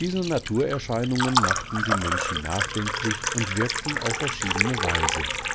diese naturerscheinungen machten die menschen nachdenklich und wirkten auf verschiedene weise